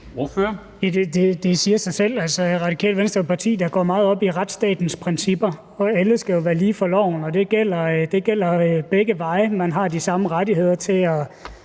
(RV): Ja, det siger sig selv. Radikale Venstre er jo et parti, der går meget op i retsstatens principper, og alle skal være lige for loven, og det gælder begge veje. Man har de samme rettigheder til at